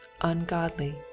ungodly